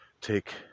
take